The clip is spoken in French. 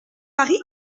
paris